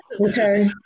Okay